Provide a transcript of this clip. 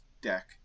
deck